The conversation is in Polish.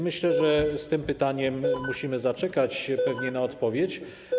Myślę, że z tym pytaniem musimy zaczekać na odpowiedź.